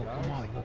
somali.